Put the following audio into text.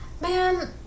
Man